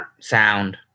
sound